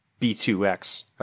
B2X